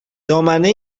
دامنه